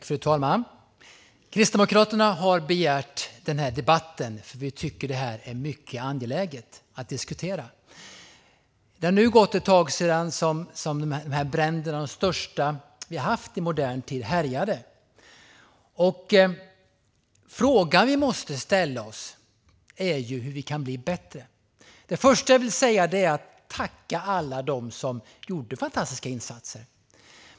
Fru talman! Kristdemokraterna har begärt denna debatt, för vi tycker att det här är mycket angeläget att diskutera. Det har nu gått ett tag sedan dessa bränder, de största vi haft i modern tid, härjade. Frågan vi måste ställa oss är hur vi kan bli bättre. Det första jag vill göra är att tacka alla dem som gjorde fantastiska insatser.